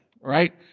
Right